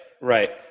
right